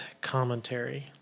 commentary